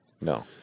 No